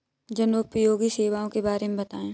जनोपयोगी सेवाओं के बारे में बताएँ?